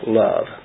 love